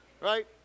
Right